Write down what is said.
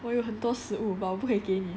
我有很多食物 but 我不可以给你